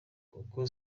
kuko